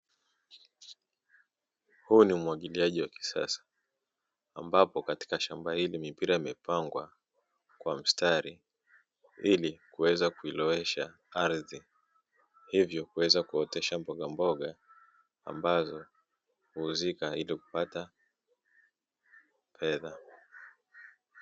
Huu ni umwagiliaji wa kisasa, ambapo katika shamba hili mipira imepangwa kwa mstari, ilikuweza kuilowesha ardhi hivyo kuweza kuotesha mbogamboga ambazo huuzika ilikupata fedha.